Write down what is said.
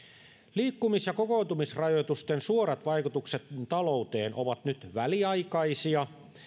liikkumis ja kokoontumisrajoitusten suorat vaikutukset talouteen ovat nyt väliaikaisia